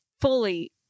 fully